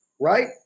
right